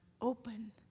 open